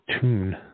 tune